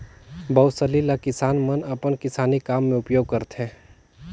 बउसली ल किसान मन अपन किसानी काम मे उपियोग करथे